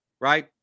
right